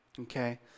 Okay